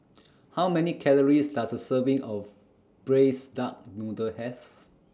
How Many Calories Does A Serving of Braised Duck Noodle Have